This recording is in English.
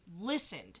listened